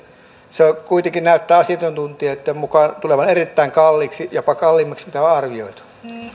se kuitenkin näyttää asiantuntijoitten mukaan tulevan erittäin kalliiksi jopa kalliimmaksi mitä on arvioitu